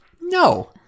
No